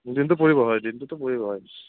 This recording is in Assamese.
দিনটো পৰিব হয় দিনটোতো পৰিব হয়